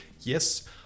Yes